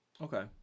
Okay